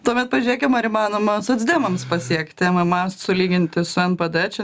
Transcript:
tuomet pažiūrėkim ar įmanoma socdemams pasiekti mma sulyginti su mpd čia